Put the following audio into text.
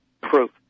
proof